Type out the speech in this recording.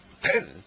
Ten